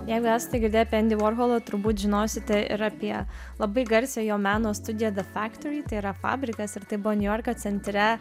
jeigu esate girdėję apie endį vorholą turbūt žinosite ir apie labai garsią jo meno studiją the factory tai yra fabrikas ir tai buvo niujorko centre